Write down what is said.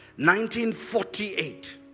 1948